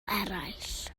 eraill